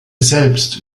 selbst